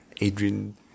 Adrian